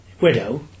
widow